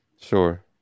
Sure